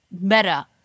Meta